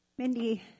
Mindy